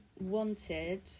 wanted